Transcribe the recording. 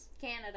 Canada